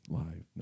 live